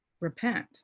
repent